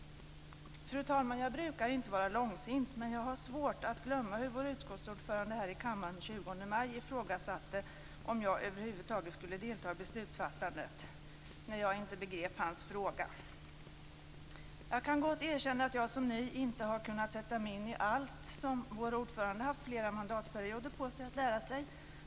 Fru talman! Jag brukar inte vara långsint, men jag har svårt att glömma hur vår utskottsordförande här i kammaren den 20 maj ifrågasatte om jag över huvud taget skulle delta i beslutsfattandet när jag inte begrep hans fråga. Jag kan gott erkänna att jag som ny inte har kunnat sätta mig in i allt som vår ordförande haft flera mandatperioder på sig att lära sig.